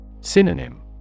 Synonym